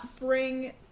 bring